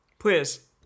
Please